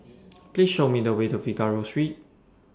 Please Show Me The Way to Figaro Street